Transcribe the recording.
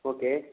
okay